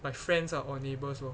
my friends ah or neighbours lor